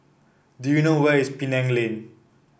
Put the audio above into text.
do you know where is Penang Lane